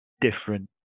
different